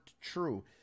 true